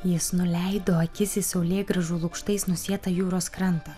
jis nuleido akis į saulėgrąžų lukštais nusėtą jūros krantą